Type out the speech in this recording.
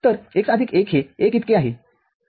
तर x आदिक १ हे १ इतके आहे